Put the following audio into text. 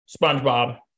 SpongeBob